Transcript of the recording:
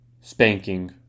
spanking